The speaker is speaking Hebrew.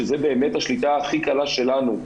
שזו באמת השליטה הכי קלה שלנו,